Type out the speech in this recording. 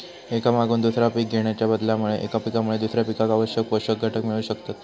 एका मागून दुसरा पीक घेणाच्या बदलामुळे एका पिकामुळे दुसऱ्या पिकाक आवश्यक पोषक घटक मिळू शकतत